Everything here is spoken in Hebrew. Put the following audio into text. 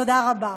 תודה רבה.